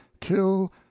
kill